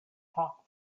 talk